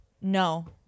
No